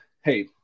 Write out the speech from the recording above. hey